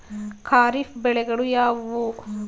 ಖಾರಿಫ್ ಬೆಳೆಗಳು ಯಾವುವು?